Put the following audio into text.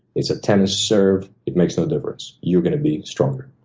it's a tennis serve. it makes no difference. you're gonna be stronger.